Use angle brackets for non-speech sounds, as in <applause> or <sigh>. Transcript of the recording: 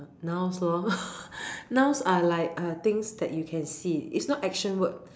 nouns lor <laughs> nouns are like uh things that you can see is not action word